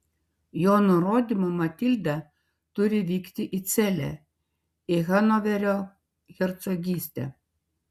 jo nurodymu matilda turi vykti į celę į hanoverio hercogystę